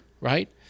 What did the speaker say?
right